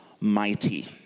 Mighty